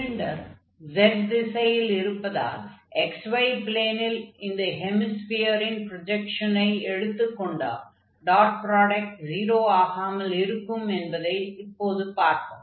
cylinder z திசையில் இருப்பதால் xy ப்ளேனில் இந்த ஹெமிஸ்பியரின் ப்ரொஜக்ஷனை எடுத்துக் கொண்டால் டாட் ப்ராடக்ட் 0 ஆகாமல் இருக்கும் என்பதை இப்போது பார்ப்போம்